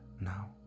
now